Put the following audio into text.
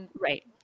Right